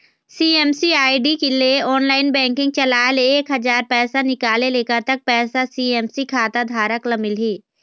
CSC ID ले online banking चलाए ले एक हजार पैसा निकाले ले कतक पैसा सी.एस.सी खाता धारक ला मिलही?